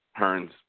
Hearns